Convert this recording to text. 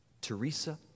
Teresa